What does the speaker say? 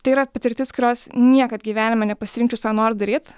tai yra patirtis kurios niekad gyvenime nepasirinkčiau savo noru daryt